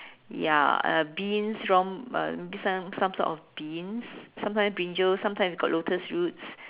ya uh beans from uh this one some sort of beans sometime brinjal sometime if got lotus roots